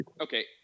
okay